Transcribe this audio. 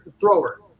thrower